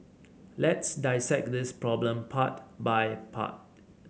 let's dissect this problem part by part